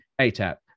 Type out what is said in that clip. ATAP